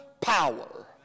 power